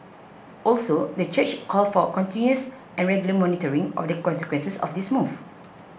also the church called for continuous and regular monitoring of the consequences of this move